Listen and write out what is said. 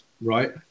right